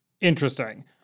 Interesting